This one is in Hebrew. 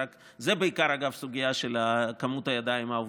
אגב, זה בעיקר סוגיה של מספר הידיים העובדות.